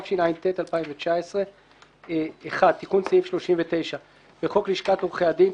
התשע"ט 2019. תיקון סעיף 39 1. בחוק לשכת עורכי הדין,